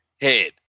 head